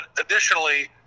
additionally